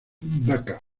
becker